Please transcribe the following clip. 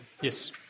Yes